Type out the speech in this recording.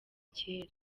kera